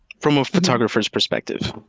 from a photographer's perspective.